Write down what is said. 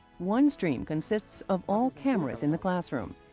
one stream consists of all cameras in the classroom,